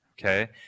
Okay